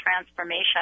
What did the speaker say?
transformation